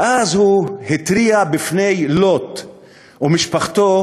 ואז הוא התריע בפני לוט ומשפחתו,